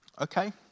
Okay